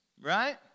right